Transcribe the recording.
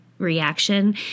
reaction